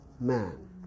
man